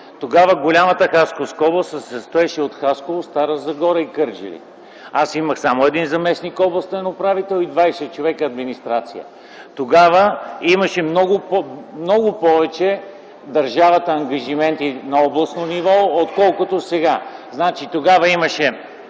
Тогава голямата Хасковска област се състоеше от Хасково, Стара Загора и Кърджали. Аз имах само един заместник областен управител и 20 човека администрация. Държавата имаше тогава много повече ангажименти на областно ниво, отколкото сега.